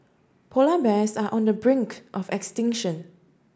polar bears are on the brink of extinction